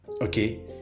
okay